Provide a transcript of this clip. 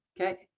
Okay